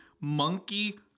monkey